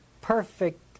perfect